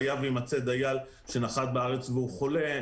היה ויימצא דייל שנחת בארץ והוא חולה,